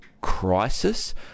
crisis